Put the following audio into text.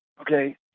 Okay